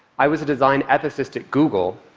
i was a design ethicist at google,